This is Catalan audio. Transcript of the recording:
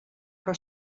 però